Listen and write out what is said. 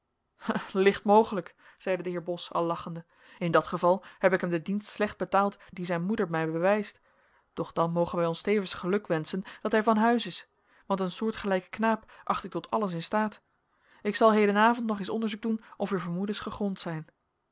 licht mogelijk zeide de heer bos al lachende in dat gevat heb ik hem den dienst slecht betaald dien zijn moeder mij bewijst doch dan mogen wij ons tevens geluk wenschen dat hij van huis is want een soortgelijken knaap acht ik tot alles in staat ik zal hedenavond nog eens onderzoek doen of uw vermoedens gegrond zijn